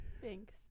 Thanks